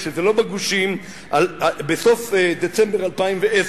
פרס, וזה לא בגושים, בסוף דצמבר 2010: